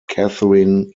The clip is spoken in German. catherine